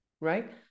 Right